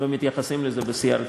ומתייחסים לזה בשיא הרצינות.